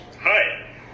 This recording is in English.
Hi